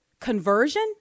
conversion